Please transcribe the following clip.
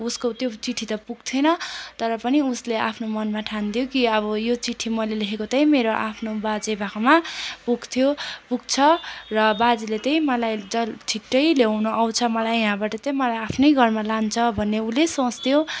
उसको त्यो चिट्ठी त पुग्थेन तर पनि उसले आफ्नो मनमा ठान्थ्यो कि अब यो चिट्ठी मैले लेखेको चाहिँ मेरो आफ्नो बाजे भएकोमा पुग्थ्यो पुग्छ र बाजेले चाहिँ मलाई जहिले छिट्टै ल्याउनु आउँछ मलाई यहाँबाट चाहिँ मलाई आफ्नै घरमा लान्छ भन्ने उसले सोच्थ्यो